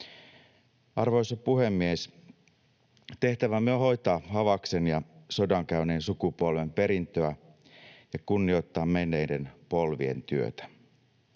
Arvoisa puhemies! Tehtävämme on hoitaa Havaksen ja sodan käyneen sukupolven perintöä ja kunnioittaa menneiden polvien työtä.